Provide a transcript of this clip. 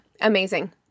amazing